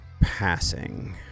passing